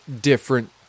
different